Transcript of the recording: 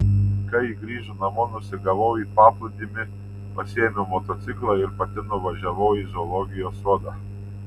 kai ji grįžo namo nusigavau į paplūdimį pasiėmiau motociklą ir pati nuvažiavau į zoologijos sodą